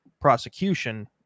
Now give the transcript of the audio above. prosecution